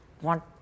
want